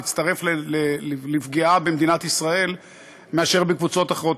להצטרף לפגיעה במדינת ישראל מאשר בקבוצות אחרות.